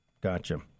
gotcha